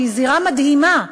שהיא זירה מדהימה,